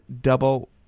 double